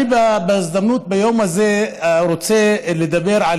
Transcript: בהזדמנות של היום הזה אני רוצה לדבר על